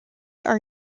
are